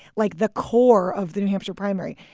like, the core of the new hampshire primary.